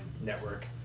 network